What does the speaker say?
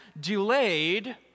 delayed